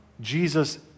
Jesus